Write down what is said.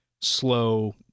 slow